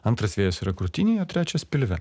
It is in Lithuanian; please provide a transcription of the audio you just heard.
antras vėjas yra krūtinėje trečias pilve